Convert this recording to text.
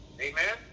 amen